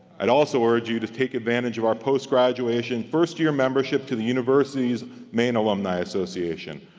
i'd also urge you to take advantage of our post graduation first year membership to the university's main alumni association,